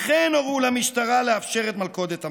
לכן הורו למשטרה לאפשר את מלכודת המוות.